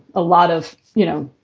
a lot of, you know,